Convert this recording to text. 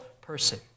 person